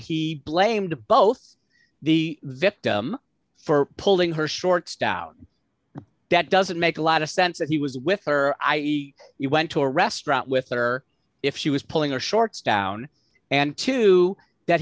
he blamed both the victim for pulling her shorts down that doesn't make a lot of sense that he was with her i e you went to a restaurant with or if she was pulling her shorts down and to that